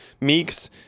Meeks